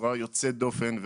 בצורה יוצאת דופן,